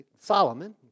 Solomon